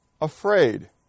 afraid